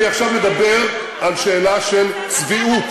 אני עכשיו מדבר על שאלה של צביעות.